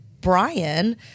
brian